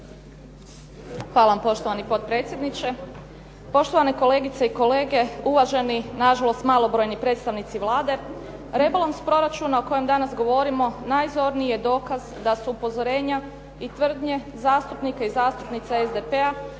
Hvala vam poštovani potpredsjedniče, poštovane kolegice i kolege, uvaženi nažalost malobrojni predstavnici Vlade. Rebalans proračuna o kojem danas govorimo najzorniji je dokaz da su upozorenja i tvrdnje zastupnika i zastupnica SDP-a